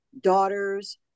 daughters